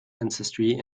ancestry